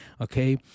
okay